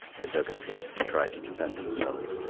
they dug a pit and tried to defend themselves.